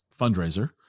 fundraiser